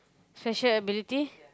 special ability